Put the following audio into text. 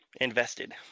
invested